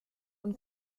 und